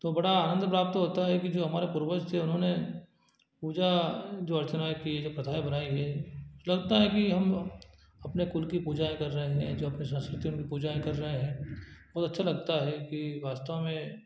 तो बड़ा आनंद प्राप्त होता है कि जो हमारे पूर्वज थे उन्होंने पूजा जो अर्चनाएँ थी जो प्रथाएँ बनाई हुई हैं लगता है कि हम अपने कुल की पूजा कर रहे हैं जो अपनी सांस्कृति में पूजा कर रहे हैं बहुत अच्छा लगता है कि वास्तव में